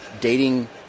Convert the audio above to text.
dating